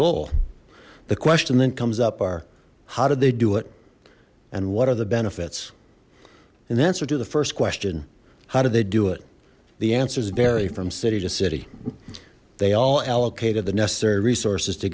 goal the question then comes up are how did they do it and what are the benefits and the answer to the first question how do they do it the answers vary from city to city they all allocated the necessary resources to